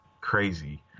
crazy